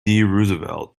roosevelt